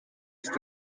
ist